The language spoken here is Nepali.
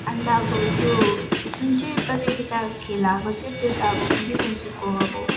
अन्त अब त्यो जुन चाहिँ प्रतियोगिता खेलाएको थियो त्यो त अब मेरै बोजूको हो अब